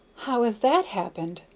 how has that happened?